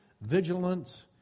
vigilance